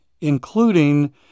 including